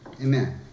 Amen